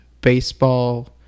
baseball